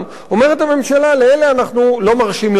אומרת הממשלה: לאלה אנחנו לא מרשים לעבוד.